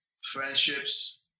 friendships